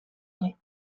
ere